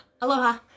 aloha